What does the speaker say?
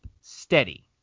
steady